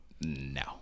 No